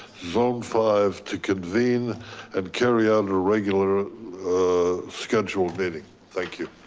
zone five to convene and carry out a regular scheduled meeting. thank you.